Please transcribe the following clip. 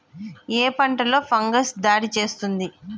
ఏ పంటలో ఫంగస్ దాడి చేస్తుంది?